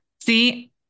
See